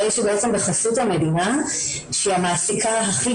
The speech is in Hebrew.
הרי שבעצם בחסות המדינה שהיא המעסיקה הכי